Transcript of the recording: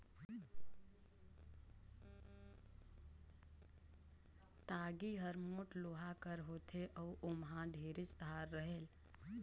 टागी हर मोट लोहा कर होथे अउ ओमहा ढेरेच धार रहेल